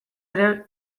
ere